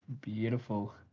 Beautiful